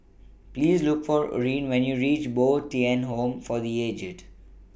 Please Look For Orene when YOU REACH Bo Tien Home For The Aged